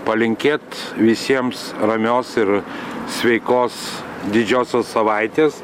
palinkėt visiems ramios ir sveikos didžiosios savaitės